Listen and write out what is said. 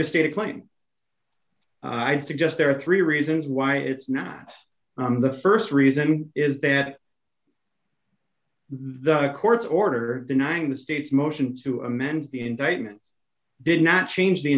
to state a claim i suggest there are three reasons why it's not the st reason is that the court's order denying the state's motion to amend the indictment did not change the